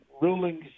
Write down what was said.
rulings